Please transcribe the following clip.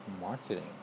marketing